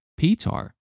Pitar